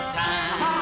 time